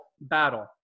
battle